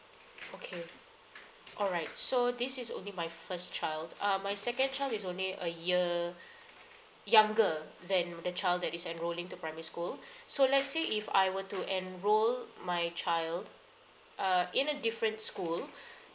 okay all right so this is only my first child uh my second child is only a year younger than the child that is enrolling to primary school so let's say if I were to enroll my child uh in a different school